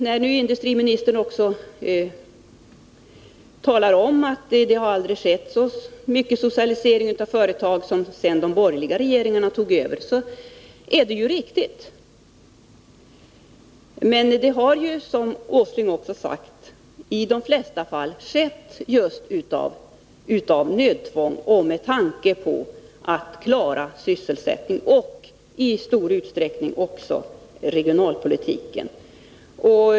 När industriministern talar om att det aldrig förekommit så mycket socialisering av företag som efter det att de borgerliga regeringarna tog över, så är det riktigt. Men det har, som Nils Åsling också sagt, i de flesta fall skett av nödtvång och med tanke på att klara sysselsättning och i stor utsträckning också regionalpolitik.